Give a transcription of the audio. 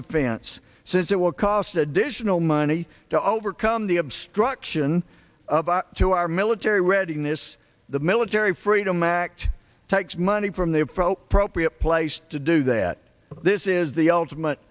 defense says it will cost additional money to overcome the obstruction to our military readiness the military freedom act takes money from the appropriate place to do that this is the ultimate